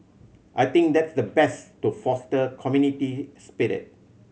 I think that's the best to foster community spirit